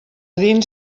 dins